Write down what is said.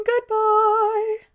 goodbye